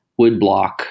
woodblock